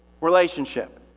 relationship